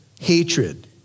hatred